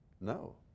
No